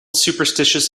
superstitious